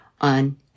on